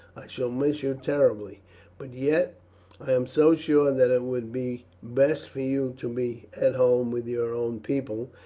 i shall miss you terribly but yet i am so sure that it would be best for you to be at home with your own people,